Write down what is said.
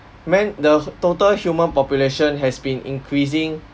men the h~ total human population has been increasing